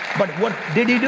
but what did you know